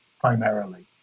primarily